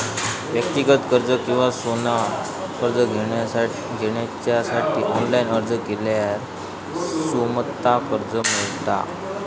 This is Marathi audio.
व्यक्तिगत कर्ज किंवा सोन्यार कर्ज घेवच्यासाठी ऑनलाईन अर्ज केल्यार सोमता कर्ज मेळता